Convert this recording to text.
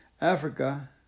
Africa